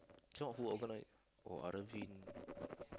this one who organise oh Arvin